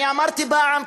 אני אמרתי פעם,